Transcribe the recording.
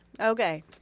Okay